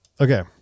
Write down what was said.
Okay